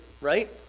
right